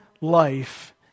life